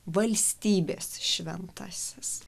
valstybės šventasis